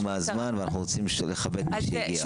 מהזמן ואנחנו רוצים לכבד את מי שהגיע.